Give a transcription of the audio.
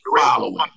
following